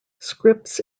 scripts